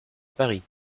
paris